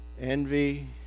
Envy